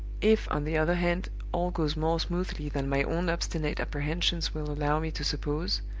if, on the other hand, all goes more smoothly than my own obstinate apprehensions will allow me to suppose,